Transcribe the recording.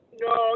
No